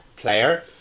player